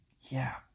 Yeah